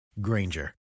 Granger